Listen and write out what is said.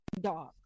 dog